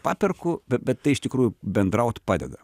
paperku bet bet tai iš tikrųjų bendraut padeda